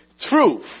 truth